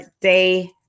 day